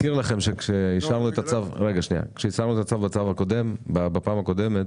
כשאישרנו את הצו בפעם הקודמת